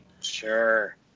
Sure